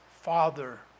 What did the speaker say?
Father